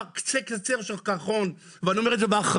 קצה הקרחון, אני אומר את זה באחריות.